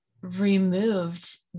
removed